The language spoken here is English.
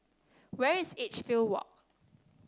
where is Edgefield Walk